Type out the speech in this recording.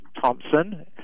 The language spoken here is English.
Thompson